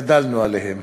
גדלנו עליהם?